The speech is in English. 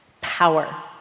power